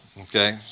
okay